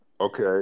Okay